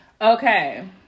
Okay